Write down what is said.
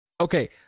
Okay